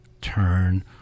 turn